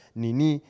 nini